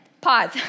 Pause